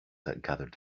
gathered